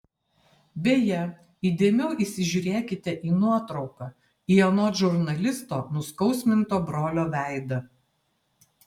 beje įdėmiau įsižiūrėkite į nuotrauką į anot žurnalisto nuskausminto brolio veidą